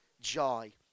joy